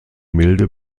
milde